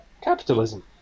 Capitalism